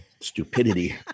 stupidity